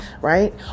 Right